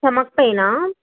stomach పెయినా